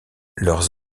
leurs